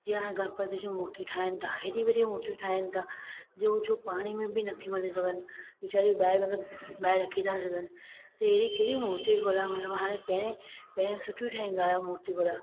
जीअं हाणे गणपति जूं मुर्ती ठाहिनि था हेॾी वॾी मुर्ती ठाहिनि था जीअं उहो जो पाणी में बि नथी वञी सघनि वेचारी ॿाहिरि मतलबु ॿाहिरि रखी था छॾनि त अहिड़ी कहिड़ी मुर्ती मतलबु हाणे पहिरें पहिरें सुठियूं ठाहींदा हुआ मुर्तियूं वग़ैरह